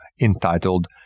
entitled